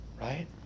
right